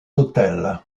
hôtels